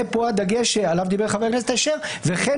ופה הדגש שעליו דיבר חבר הכנסת אשר "וכן